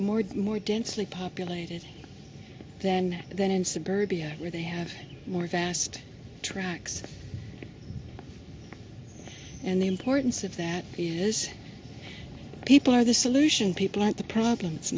more densely populated than than in suburbia where they have more vast tracks and the importance of that is people are the solution people aren't the problem it's